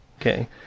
Okay